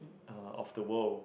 uh of the world